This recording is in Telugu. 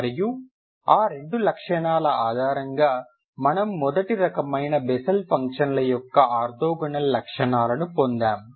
మరియు ఆ రెండు లక్షణాల ఆధారంగా మనము మొదటి రకమైన బెసెల్ ఫంక్షన్ల యొక్క ఆర్తోగోనల్ లక్షణాలను పొందాము